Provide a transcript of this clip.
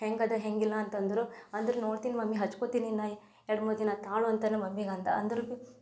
ಹೆಂಗಿದೆ ಹೇಗಿಲ್ಲ ಅಂತ ಅಂದರು ಅಂದ್ರೂ ನೋಡ್ತೀನಿ ಮಮ್ಮಿ ಹಚ್ಕೋತೀನಿ ನಾನು ಎರಡು ಮೂರು ದಿನ ತಾಳು ಅಂತೆಲ್ಲ ಮಮ್ಮಿಗೆ ಅಂದೆ ಅಂದ್ರೂ ಬಿ